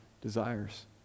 desires